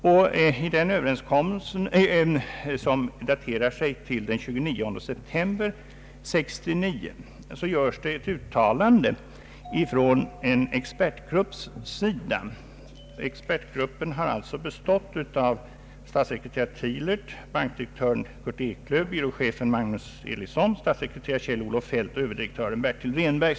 I den överenskommelsen, som daterar sig till den 29 september 1969, görs ett uttalande från en expertgrupps sida. Den har bestått av statssekreteraren Reidar Tilert, bankdirektören Kurt Eklöf, byråchefen Magnus Elison, statssekreteraren Kjell-Olof Feldt och överdirektören Bertil Rehnberg.